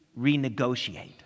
renegotiate